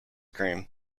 cream